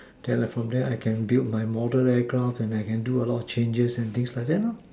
then I from there I get build my model aircraft and I can do a lot of changes and things like that lor